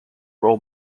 role